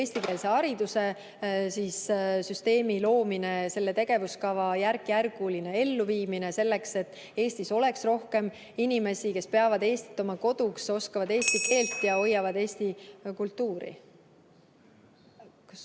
eestikeelse haridussüsteemi loomine, selle tegevuskava järkjärguline elluviimine selleks, et Eestis oleks rohkem inimesi, kes peavad Eestit oma koduks, oskavad eesti keelt ja hoiavad eesti kultuuri.